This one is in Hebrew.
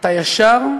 אתה ישר,